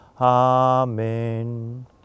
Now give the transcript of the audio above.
Amen